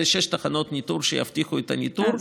אלה שש תחנות ניטור שיבטיחו את הניטור.